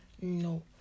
no